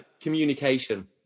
communication